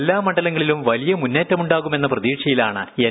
എല്ലാ മണ്ഡലങ്ങളിലും വലിയ മുന്നേറ്റമുണ്ടാകുമെന്ന പ്രതീക്ഷയിലാണ് എൻ